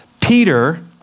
Peter